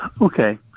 Okay